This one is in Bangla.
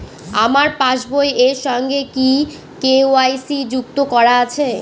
আমার পাসবই এর সঙ্গে কি কে.ওয়াই.সি যুক্ত করা আছে?